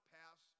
pass